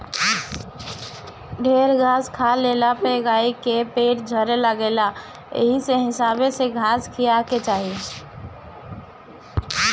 ढेर घास खा लेहला पे गाई के पेट झरे लागेला एही से हिसाबे में घास खियावे के चाही